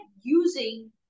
using